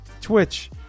Twitch